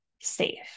safe